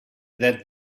that